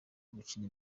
gukina